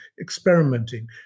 experimenting